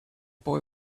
boy